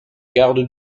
garde